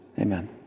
Amen